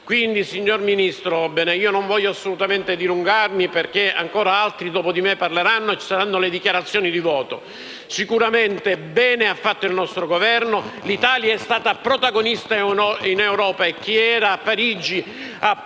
nostro. Signor Ministro, non voglio assolutamente dilungarmi, perché ancora altri dopo di me interverranno e seguiranno anche le dichiarazioni di voto. Sicuramente bene ha fatto il nostro Governo: l'Italia è stata protagonista in Europa, e chi era a Parigi ha toccato